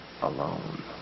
alone